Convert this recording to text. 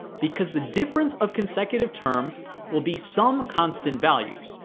because the difference of consecutive terms will be some constant value,